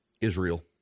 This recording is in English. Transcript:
Israel